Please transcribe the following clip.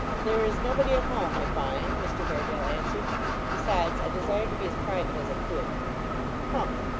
there is nobody at home, i find mr haredale answered besides, i desired to be as private as i could humph!